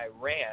Iran